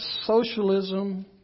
socialism